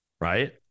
Right